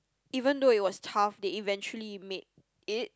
even though it was tough they eventually made it